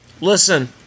Listen